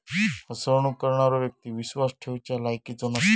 फसवणूक करणारो व्यक्ती विश्वास ठेवच्या लायकीचो नसता